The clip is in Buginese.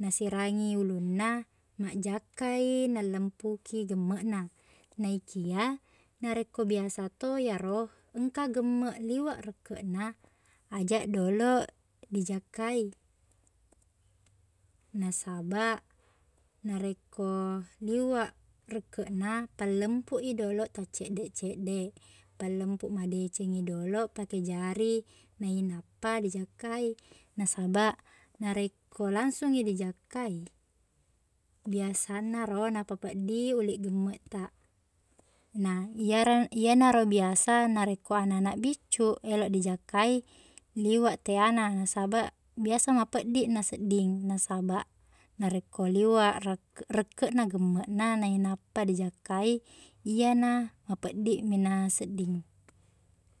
nasirangi ulunna makjakka i nalempuki gemmeqna naikia narekko biasa to iyero engka gemmeq liweq rekkeqna ajaq doloq dijakka i nasaba narekko liweq rekkeqna pallempu i doloq tacceddeq-ceddeq pallempu madecengngi doloq pake jari nainappa dijakka i nasaba narekko langsungngi dijakka i biasanna ro nappapeddiq uliq gemmeqta na iyere- iyenaro biasa narekko ananak biccu eloq dijakka i liweq teana nasaba biasa mapeddiq nasedding nasaba narekko liweq rek- rekkeqna gemmeqna nainappa dijakka i iyena mapeddi mi nasedding